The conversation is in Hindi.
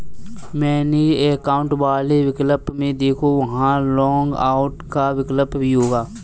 मैनेज एकाउंट वाले विकल्प में देखो, वहां लॉग आउट का विकल्प भी होगा